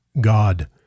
God